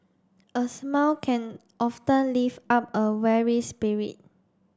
a smile can often lift up a weary spirit